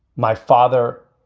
my father.